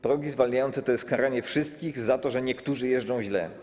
Progi zwalniające to jest karanie wszystkich za to, że niektórzy jeżdżą źle.